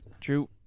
True